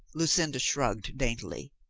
lucinda shrugged daintily.